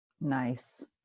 Nice